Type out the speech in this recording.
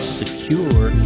secure